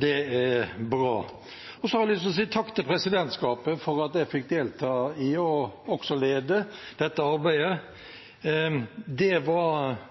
Det er bra. Så har jeg lyst til å si takk til presidentskapet for at jeg fikk delta i og også lede dette arbeidet. Det var